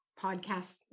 podcast